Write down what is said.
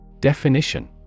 Definition